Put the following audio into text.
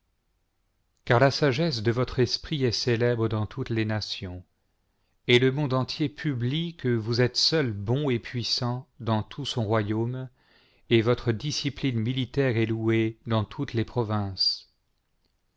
car la sagesse de votre esprit est célèbre dans toutes les nations et le monde entier publie que vous êtes seul bon et puissant dans tout son royaume et votre discipline militaire est louée dans toutes les provinces